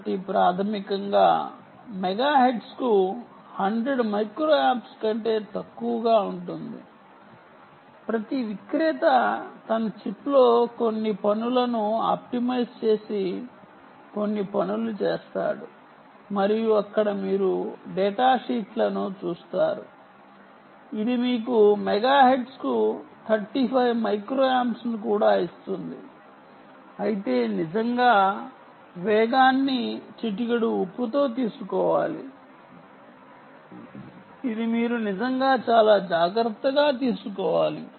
కాబట్టి ప్రాథమికంగా మెగాహెర్ట్జ్కు 100 మైక్రో ఆంప్స్ కంటే తక్కువగా ఉంటుంది ప్రతి విక్రేత తన చిప్లో కొన్ని పనులను ఆప్టిమైజ్ చేసి కొన్ని పనులు చేస్తాడు మరియు అక్కడ మీరు డేటాషీట్లను చూస్తారు ఇది మీకు మెగాహెర్ట్జ్కు 35 మైక్రో ఆంప్స్ను కూడా ఇస్తుంది అయితే నిజంగా వేగాన్ని చిటికెడు ఉప్పు తో తీసుకోవాలి ఇది మీరు నిజంగా చాలా జాగ్రత్తగా తీసుకోవాలి